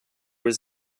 was